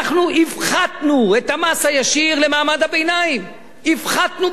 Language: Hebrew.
הפחתנו את המס הישיר למעמד הביניים ב-2%.